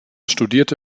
studierte